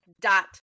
dot